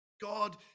God